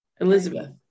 Elizabeth